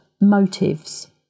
motives